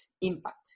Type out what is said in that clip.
impact